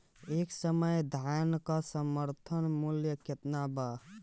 एह समय धान क समर्थन मूल्य केतना बा?